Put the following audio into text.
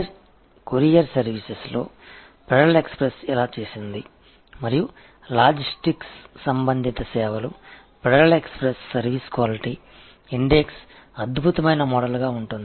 எனவே இது ஒரு கூரியர் சர்வீஸில் ஃபெடரல் எக்ஸ்பிரஸ் செய்ததைப் போல மாறுபடும் மற்றும் அந்த வகையான தளவாடங்கள் தொடர்பான சர்வீஸ்கள் ஃபெடரல் எக்ஸ்பிரஸ் சர்வீஸ் க்வாலிடி குறியீடு ஒரு சிறந்த மாதிரியாக இருக்கும்